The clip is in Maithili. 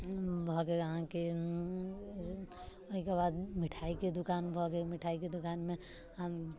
भऽ गेल अहाँकेँ ओहिके बाद मिठाइके दुकान भऽ गेल मिठाइके दुकानमे हम